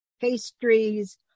pastries